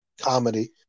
comedy